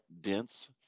dense